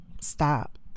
Stop